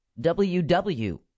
WW